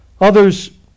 Others